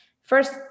First